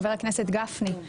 חבר הכנסת גפני,